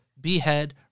behead